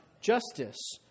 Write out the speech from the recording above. justice